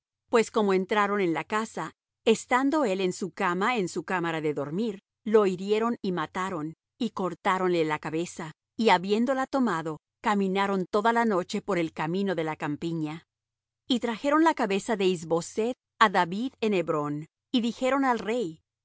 pues como entraron en la casa estando él en su cama en su cámara de dormir lo hirieron y mataron y cortáronle la cabeza y habiéndola tomado caminaron toda la noche por el camino de la campiña y trajeron la cabeza de is boseth á david en hebrón y dijeron al rey he